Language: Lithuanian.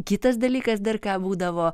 kitas dalykas dar ką būdavo